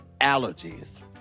allergies